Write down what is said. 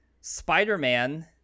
spider-man